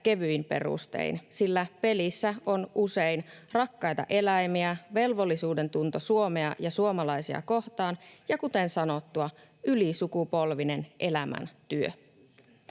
kevyin perustein, sillä pelissä on usein rakkaita eläimiä, velvollisuudentunto Suomea ja suomalaisia kohtaan ja, kuten sanottua, ylisukupolvinen elämäntyö.